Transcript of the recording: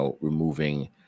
removing